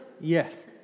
Yes